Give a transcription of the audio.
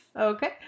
okay